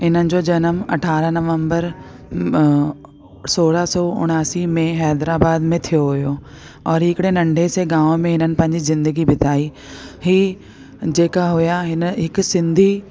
इन्हनि जो जनमु अरिड़हं नवम्बर सौरहां सौ उणासी में हैदराबाद में थियो हुयो और हिकिड़े नंढे से गांव में हिननि पंहिंजी जिंदगी बिताई हीअ जेका हुया हिन हिकु सिंधी